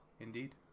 Indeed